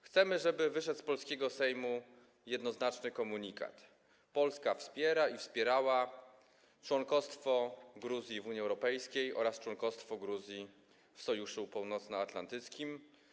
Chcemy, żeby wyszedł z polskiego Sejmu jednoznaczny komunikat: Polska wspierała i wspiera członkostwo Gruzji w Unii Europejskiej oraz członkostwo Gruzji w Sojuszu Północnoatlantyckim.